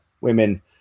Women